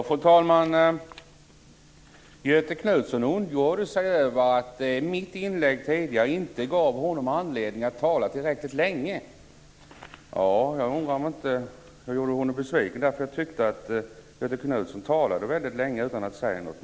Fru talman! Göthe Knutson ondgjorde sig över att mitt inlägg tidigare inte gav honom anledning att tala tillräckligt länge. Jag undrar om jag inte gjorde honom besviken därför att jag tyckte att Göthe Knutson talade väldigt länge utan att säga något.